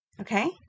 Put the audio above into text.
Okay